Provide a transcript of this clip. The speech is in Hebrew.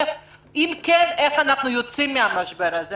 איך אנחנו יוצאים מן המשבר הזה.